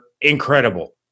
incredible